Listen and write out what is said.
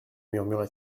murmura